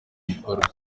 gikorwa